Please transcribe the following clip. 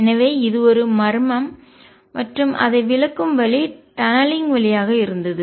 எனவே இது ஒரு மர்மம் மற்றும் அதை விளக்கும் வழி டநலிங்க் சுரங்கப்பாதையின் வழியாக இருந்தது